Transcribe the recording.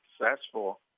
successful